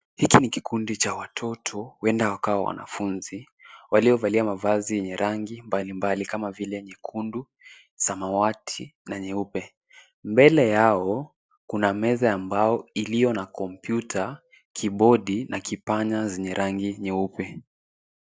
Hiki ni kikundi cha watoto huenda wakawa wanafunzi, waliovalia mavazi yenye rangi mbalimbali kama vile nyekundu, samawati na nyeupe. Mbele yao kuna meza ya mbao iliyo na kompyuta, kibodi na kipanya zenye rangi nyeupe.